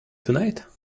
tonight